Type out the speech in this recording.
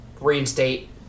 reinstate